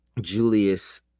Julius